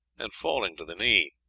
and falling to the knee